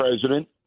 president